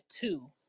two